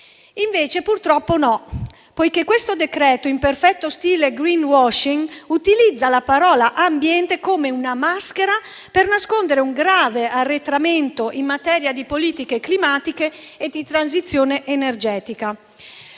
Invece, purtroppo no. Questo decreto-legge in perfetto stile *greenwashing* utilizza la parola ambiente come una maschera per nascondere un grave arretramento in materia di politiche climatiche e di transizione energetica.